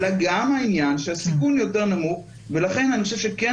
אלא גם העניין שהסיכון יותר נמוך ולכן אני חושב שכן